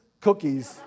cookies